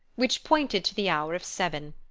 which pointed to the hour of seven.